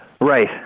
Right